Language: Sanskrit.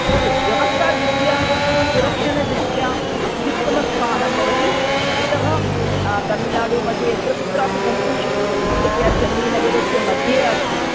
अस्तु व्यवस्थादृष्ट्या सुरक्षणदृष्ट्या अत्युत्तमस्थानं भवति इतः तमिल्नाडुमध्ये यत्र कुत्रापि गन्तुं शक्नोति मुख्यतया चेन्नै नगरस्य मध्ये अस्ति